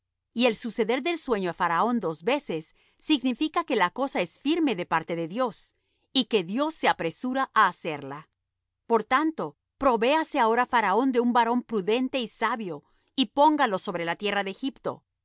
y el suceder el sueño á faraón dos veces significa que la cosa es firme de parte de dios y que dios se apresura á hacerla por tanto provéase ahora faraón de un varón prudente y sabio y póngalo sobre la tierra de egipto